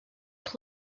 this